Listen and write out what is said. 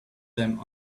them